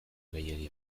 gehiegi